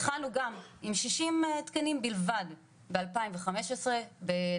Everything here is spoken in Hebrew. התחלנו גם עם 60 תקנים בלבד בשנת 2015 ובחודש